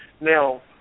Now